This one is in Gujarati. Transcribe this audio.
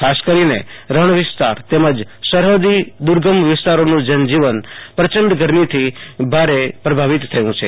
ખાસ કરીને રણ વિસ્તાર તેમજ સરહદો દુર્ગમ વિસ્તારોનું જનજોવન પ્રચંડ ગરમીથી ભારે પભાવિત થયું છે